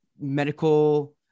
medical